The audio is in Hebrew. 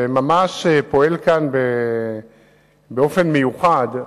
ופועל כאן ממש באופן מיוחד.